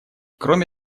кроме